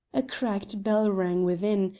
a cracked bell rang within,